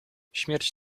śmierć